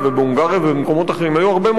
ובמקומות אחרים היו הרבה מאוד יהודים.